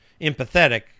empathetic